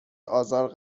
آزار